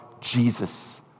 Jesus